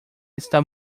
está